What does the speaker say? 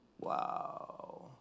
Wow